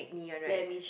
Laneige